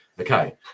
Okay